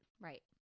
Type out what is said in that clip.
Right